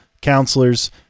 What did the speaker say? Counselors